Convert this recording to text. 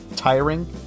tiring